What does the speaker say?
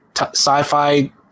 sci-fi